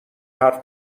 حرف